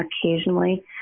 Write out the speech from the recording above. occasionally